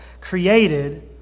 created